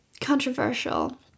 controversial